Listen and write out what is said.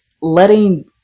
letting